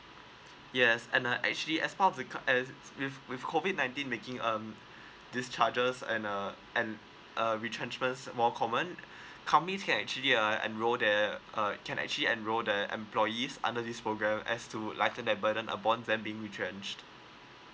yes and uh actually as far as if with with COVID nineteen making um this charges and uh and uh retrenchments more common can actually uh enroll their uh uh it can actually enroll their employees under this program as to lighten their burden upon them being retrenched